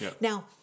Now